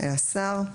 "השר"